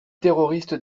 terroristes